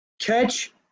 Catch